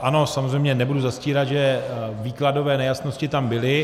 Ano, samozřejmě nebudu zastírat, že výkladové nejasnosti tam byly.